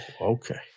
Okay